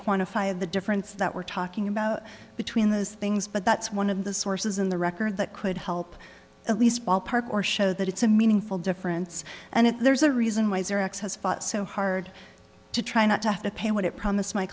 quantify the difference that we're talking about between those things but that's one of the sources in the record that could help at least ballpark or show that it's a meaningful difference and there's a reason why your ex has fought so hard to try not to have to pay what it promised my